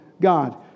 God